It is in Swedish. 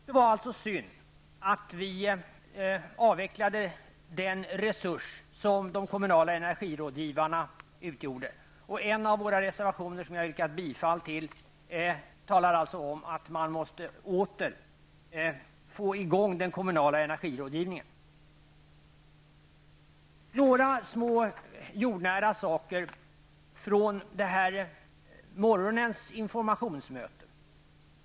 Det var alltså synd att vi avvecklade den resurs som de kommunala energirådgivarna utgjorde. Och i en av de reservationer som jag har yrkat bifall till säger vi att man åter måste få i gång den kommunala energirådgivningen. Jag vill nämna några små jordnära saker från morgonens informationsmöte.